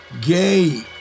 gay